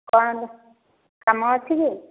କ'ଣ କାମ ଅଛି କି